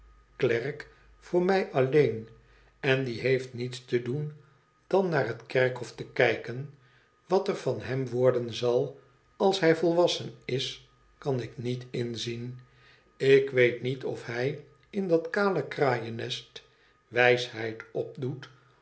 klerk voor mij alleen en die heeft niets te doen dan naar het kerkhof te kijken wat er van hem worden zal als hij volwassen is kan ik niet inzien ik weet niet of hij in dat kale kraaieimest wijsheid opdoet